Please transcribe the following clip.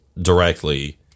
directly